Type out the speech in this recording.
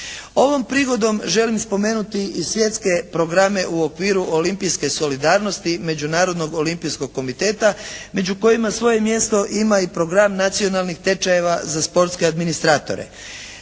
Ovom prigodom želim spomenuti i svjetske programe u okviru olimpijske solidarnosti Međunarodnog olimpijskog komiteta među kojima svoje mjesto ima i program nacionalnih tečajeva za sportske administratore.